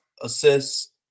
assists